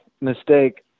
mistake